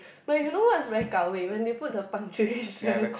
but you know what's very gao wei when they put the punctuation